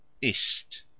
IST